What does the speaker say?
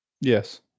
Yes